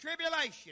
tribulation